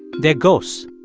they're ghosts.